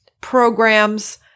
programs